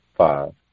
Five